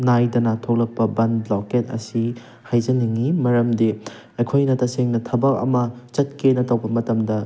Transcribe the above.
ꯅꯥꯏꯗꯅ ꯊꯣꯛꯂꯛꯄ ꯕꯟ ꯕ꯭ꯂꯣꯀꯦꯠ ꯑꯁꯤ ꯍꯥꯏꯖꯅꯤꯡꯉꯤ ꯃꯔꯝꯗꯤ ꯑꯩꯈꯣꯏꯅ ꯇꯁꯦꯡꯅ ꯊꯕꯛ ꯑꯃ ꯆꯠꯀꯦꯅ ꯇꯧꯕ ꯃꯇꯝꯗ